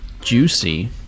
juicy